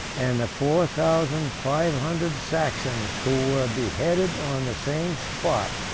and the four thousand five hundred saxons who were beheaded on the same spot,